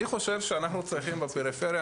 אני חושב שאנחנו צריכים בפריפריה,